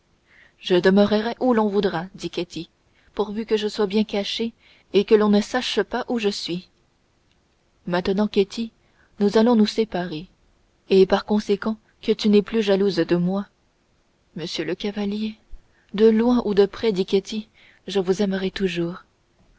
je demeurerai où l'on voudra dit ketty pourvu que je sois bien cachée et que l'on ne sache pas où je suis maintenant ketty que nous allons nous séparer et par conséquent que tu n'es plus jalouse de moi monsieur le chevalier de loin ou de près dit ketty je vous aimerai toujours